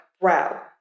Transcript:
brow